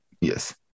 Yes